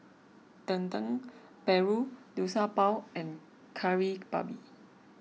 Dendeng Paru Liu Sha Bao and Kari Babi